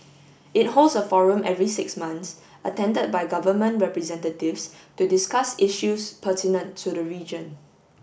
it holds a forum every six months attended by government representatives to discuss issues pertinent to the region